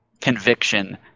conviction